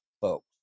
folks